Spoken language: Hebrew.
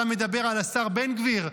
אתה מדבר על השר בן גביר?